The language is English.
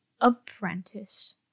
Apprentice